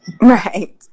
Right